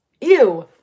Ew